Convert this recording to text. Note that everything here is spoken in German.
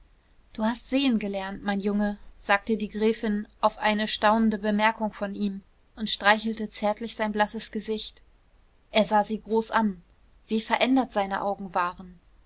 du hast sehen gelernt mein junge sagte die gräfin auf eine staunende bemerkung von ihm und streichelte zärtlich sein blasses gesicht er sah sie groß an wie verändert seine augen waren